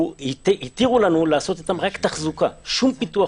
התירו לנו לעשות איתם רק תחזוקה ושום פיתוח.